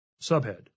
Subhead